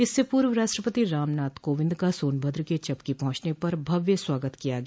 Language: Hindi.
इससे पूर्व राष्ट्रपति रामनाथ कोविंद का सोनभद्र के चपकी पहंचने पर भव्य स्वागत किया गया